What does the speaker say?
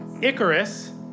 Icarus